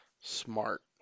smart